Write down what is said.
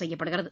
செய்யப்படுகிறது